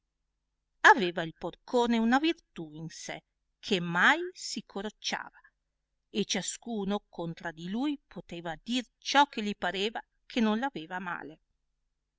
aveva il porcone una virti i in sé che mai si corocciava e ciascuno contra di lui poteva dir ciò che li pareva che non l'aveva a male